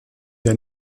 der